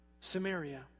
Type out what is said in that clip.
Samaria